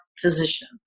physician